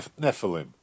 Nephilim